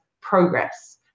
progress